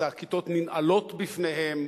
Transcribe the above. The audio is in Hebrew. אז הכיתות ננעלות בפניהם,